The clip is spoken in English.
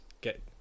get